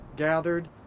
gathered